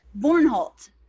Bornholt